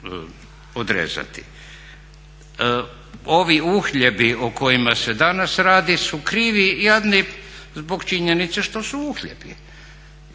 odrezati. Ovi uhljebi o kojima se danas radi su krivi jadni zbog činjenice što su uhljebi.